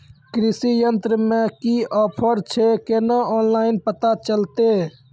कृषि यंत्र मे की ऑफर छै केना ऑनलाइन पता चलतै?